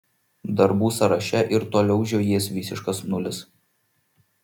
darbų sąraše ir toliau žiojės visiškas nulis